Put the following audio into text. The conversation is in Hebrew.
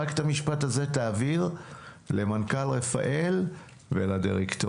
רק את המשפט הזה תעביר למנכ"ל רפאל ולדירקטוריון,